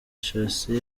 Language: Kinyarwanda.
shassir